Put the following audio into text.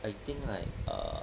I think like err